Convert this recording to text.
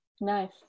nice